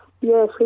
Yes